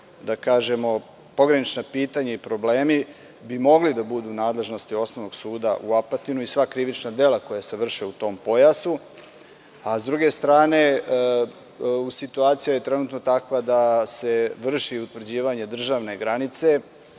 da kažemo, pogranična pitanja i problemi bi mogli da budu u nadležnosti osnovnog suda u Apatinu i sva krivična dela koja se vrše u tom pojasu.S druge strane situacija je trenutno takva da se vrši utvrđivanje državne granice